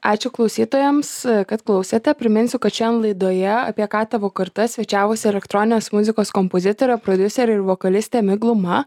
ačiū klausytojams kad klausėte priminsiu kad šian laidoje apie ką tavo karta svečiavosi elektroninės muzikos kompozitorė prodiuserė ir vokalistė migluma